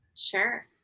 sure